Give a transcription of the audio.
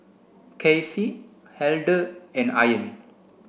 Kaycee Elder and Ian